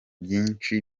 byinshi